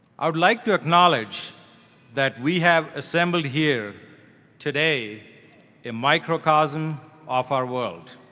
i would like to acknowledge that we have assembled here today a microcosm of our world.